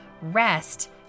rest